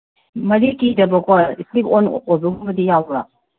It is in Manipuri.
ꯃꯔꯤ ꯀꯤꯗꯕꯀꯣ ꯏꯁꯂꯤꯞ ꯑꯣꯟ ꯑꯣꯏꯕꯒꯨꯝꯕꯗꯤ ꯌꯥꯎꯕ꯭ꯔꯣ